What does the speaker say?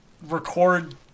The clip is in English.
Record